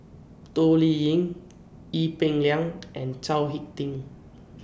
Toh Liying Ee Peng Liang and Chao Hick Tin